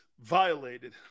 violated